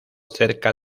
cerca